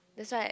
is like